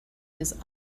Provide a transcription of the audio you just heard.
his